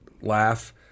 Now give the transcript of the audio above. Laugh